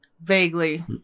Vaguely